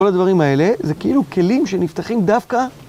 כל הדברים האלה, זה כאילו כלים שנפתחים דווקא...